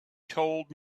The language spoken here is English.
told